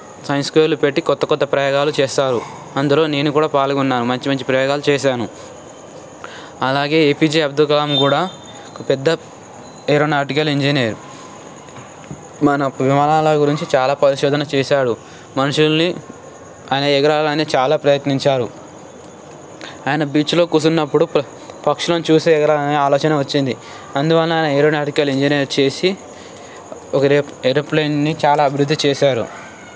science స్క్వేర్లు పెట్టి కొత్త కొత్త ప్రయోగాలు చేస్తారు అందులో నేను కూడా పాల్గొన్నాను మంచి మంచి ప్రయోగాలు చేశాను అలాగే ఏపీజే అబ్దుల్ కలాం కూడా ఒక పెద్ద ఏరోనాటికల్ ఇంజనీర్ మన విమానాల గురించి చాలా పరిశోధన చేశాడు మనుషుల్ని ఆయన ఎగరాలని చాలా ప్రయత్నించారు ఆయన బీచ్లో కూసున్నప్పుడు పక్షులను చూసి ఎగరాలనే ఆలోచన వచ్చింది అందువల్ల ఆయన ఏరోనాటికల్ ఇంజనీర్ చేసి ఒక ఏరో ఒక ఏరోప్లేన్ని చాలా అభివృద్ధి చేశారు